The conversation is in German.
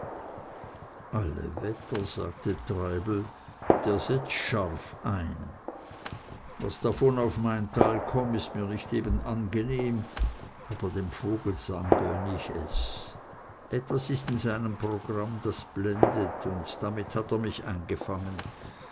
alle wetter sagte treibel der setzt scharf ein was davon auf mein teil kommt ist mir nicht eben angenehm aber dem vogelsang gönn ich es etwas ist in seinem programm das blendet und damit hat er mich eingefangen